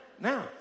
now